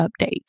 updates